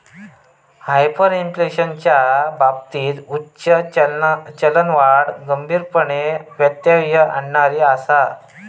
हायपरइन्फ्लेशनच्या बाबतीत उच्च चलनवाढ गंभीरपणे व्यत्यय आणणारी आसा